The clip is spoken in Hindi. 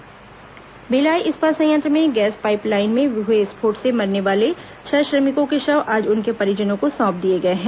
बीएसपी हादसा भिलाई इस्पात संयंत्र में गैस पाईप लाईन में हुए विस्फोट से मरने वाले छह श्रमिकों के शव आज उनके परिजनों को सौंप दिए गए हैं